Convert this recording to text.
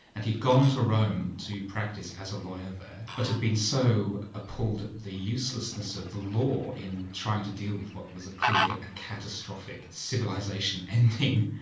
and he'd gone to rome to practice as a lawyer there, but had been so appalled at the uselessness of the law in trying to deal with what was clearly a a catastrophic civilisation ending,